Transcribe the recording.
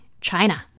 China